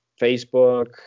Facebook